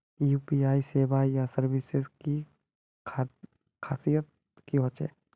UPI सेवाएँ या services की खासियत की होचे?